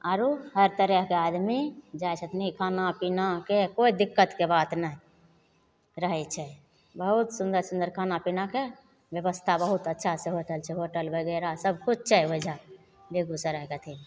आरो हर तरहके आदमी जाइ छथिन खाना पीनाके कोइ दिक्कतके बात नहि रहय छै बहुत सुन्दर सुन्दर खाना पीनाके व्यवस्था बहुत अच्छासँ होि रहल छै होटल बगेरह सबकुछ छै ओइजां बेगूसरायके अथीमे